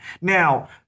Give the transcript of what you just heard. Now